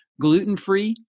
gluten-free